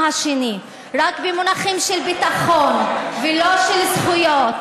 כל עוד חושבים על העם השני רק במונחים של ביטחון ולא של זכויות,